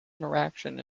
interaction